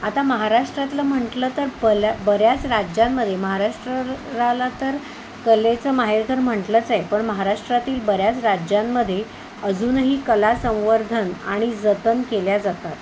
आता महाराष्ट्रातलं म्हटलं तर पल्या बऱ्याच राज्यांमध्ये महाराष्ट्रराला तर कलेचं माहेरघर म्हटलंच आहे पण महाराष्ट्रातील बऱ्याच राज्यांमध्ये अजूनही कला संवर्धन आणि जतन केल्या जातात